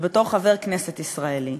ובתור חבר כנסת ישראלי,